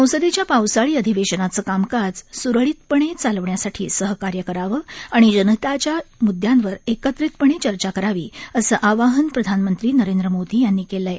ससंदेच्या पावसाळी अधिवेशनाचं कामकाज सुरळीतपणे चालवण्यासाठी सहकार्य करावं आणि जनहिताच्या मुद्यांवर एकत्रितपणे चर्चा करावी असं आवाहन प्रधानमंत्री नरेंद्र मोदी यांनी केलं आहे